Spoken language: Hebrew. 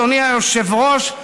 אדוני היושב-ראש,